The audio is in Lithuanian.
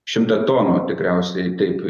šimtą tonų tikriausiai taip